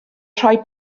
rhoi